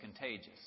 contagious